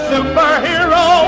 Superhero